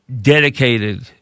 dedicated